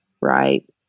Right